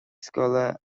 scoile